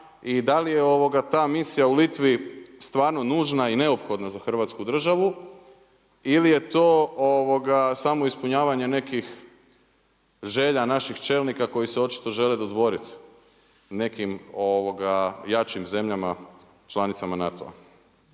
Da li je ta misija u Litvi stvarno nužna i neophodna za Hrvatsku državu ili je to samo ispunjavanje nekih želja naših čelnika koji se očito žele dodvoriti nekim jačim zemljama članicama NATO-a?